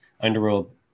Underworld